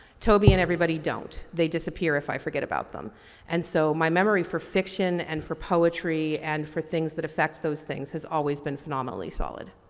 toby and everybody don't. they disappear if i forget about them and so my memory for fiction and for poetry and for things that affect those things have always been phenomenally solid.